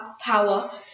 power